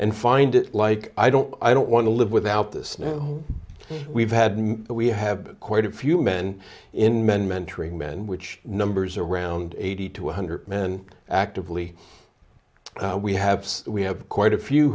and find it like i don't i don't want to live without this now we've had we have quite a few men in men mentoring men which numbers around eighty to one hundred men actively we have we have quite a few